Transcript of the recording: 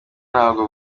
nabwo